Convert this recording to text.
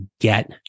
get